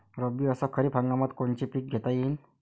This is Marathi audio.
रब्बी अस खरीप हंगामात कोनचे पिकं घेता येईन?